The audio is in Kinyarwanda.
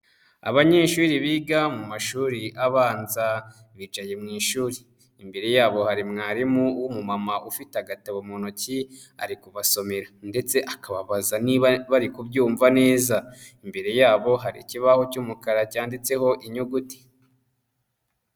Abanyeshuri biga mu mashuri abanza bicaye mu ishuri. Imbere yabo hari mwarimu w'umumama ufite agatabo mu ntoki, ari kubasomera ndetse akababaza niba bari kubyumva neza. Imbere yabo hari ikibaho cy'umukara cyanditseho inyuguti.